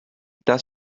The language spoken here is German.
das